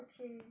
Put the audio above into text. okay